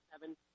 seven